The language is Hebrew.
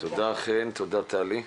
תודה חן, תודה טלי.